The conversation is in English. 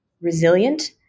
resilient